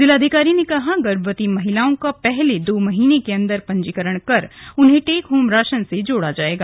जिलाधिकारी ने कहा गर्भवती महिलाओ का पहले दो महीनों के अन्दर पंजीकरण कर उन्हे टेक होम राशन से जोड़ा जायेगा